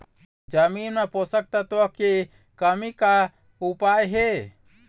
जमीन म पोषकतत्व के कमी का उपाय हे?